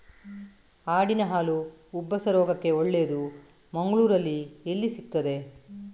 ಆಡಿನ ಹಾಲು ಉಬ್ಬಸ ರೋಗಕ್ಕೆ ಒಳ್ಳೆದು, ಮಂಗಳ್ಳೂರಲ್ಲಿ ಎಲ್ಲಿ ಸಿಕ್ತಾದೆ?